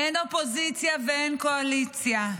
אין אופוזיציה ואין קואליציה,